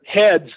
heads